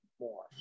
more